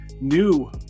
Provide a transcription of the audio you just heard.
new